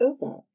over